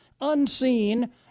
unseen